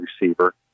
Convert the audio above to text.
receiver